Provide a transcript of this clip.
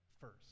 first